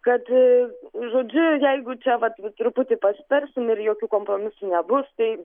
kad žodžiu jeigu čia vat vis truputį pasitarsim ir jokių kompromisų nebus tai